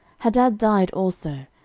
hadad died also.